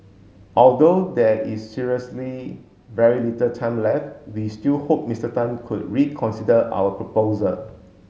although there is seriously very little time left we still hope Mister Tan could reconsider our proposal